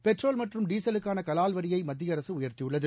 petrol மற்றும் டீசலுக்கான கலால்வரியை மத்திய அரசு உயர்த்தியுள்ளது